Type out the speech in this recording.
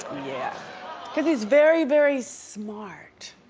yeah cause he's very, very smart.